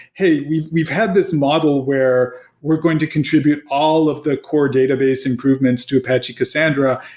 hey, we've we've had this model where we're going to contribute all of the core database improvements to apache cassandra,